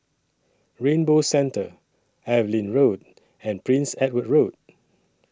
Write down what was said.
Rainbow Centre Evelyn Road and Prince Edward Road